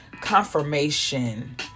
confirmation